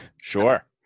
Sure